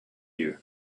you